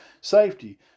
Safety